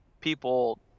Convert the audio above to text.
people